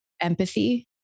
empathy